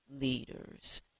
leaders